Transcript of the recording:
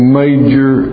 major